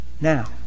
now